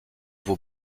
vos